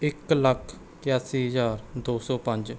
ਇੱਕ ਲੱਖ ਇਕਾਸੀ ਹਜ਼ਾਰ ਦੋ ਸੌ ਪੰਜ